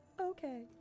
Okay